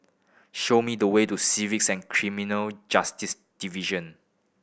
show me the way to Civils and Criminal Justice Division